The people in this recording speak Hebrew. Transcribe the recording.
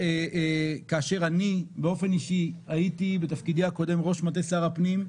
אני באופן אישי הייתי בתפקידי הקודם ראש מטה שר הפנים,